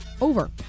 over